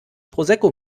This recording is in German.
prosecco